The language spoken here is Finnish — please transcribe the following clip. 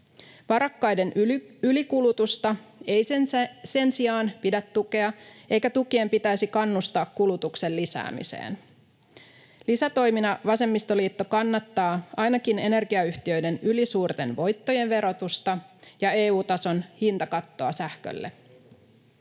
Varakkaiden ylikulutusta ei sen sijaan pidä tukea, eikä tukien pitäisi kannustaa kulutuksen lisäämiseen. Lisätoimina vasemmistoliitto kannattaa ainakin energiayhtiöiden ylisuurten voittojen verotusta ja EU-tason hintakattoa sähkölle.